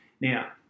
Now